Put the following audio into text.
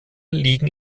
liegen